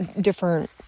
different